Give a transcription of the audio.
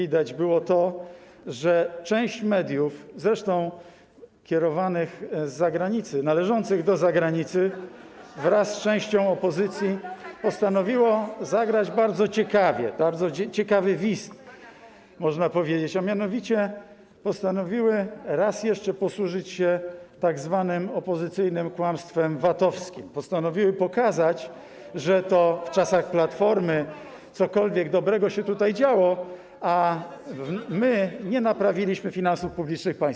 VAT. ...widać było to, że część mediów, zresztą kierowanych z zagranicy, należących do zagranicy (Gwar na sali), wraz z częścią opozycji postanowiło zagrać bardzo ciekawie, bardzo ciekawy wist, można powiedzieć, a mianowicie postanowiły raz jeszcze posłużyć się tzw. opozycyjnym kłamstwem VAT-owskim, postanowiły pokazać, że to w czasach Platformy cokolwiek dobrego się tutaj działo, a my nie naprawiliśmy finansów publicznych państwa.